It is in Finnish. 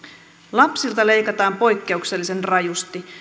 lapsilta leikataan poikkeuksellisen rajusti